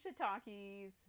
shiitakes